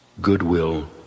goodwill